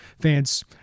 fans